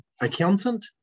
Accountant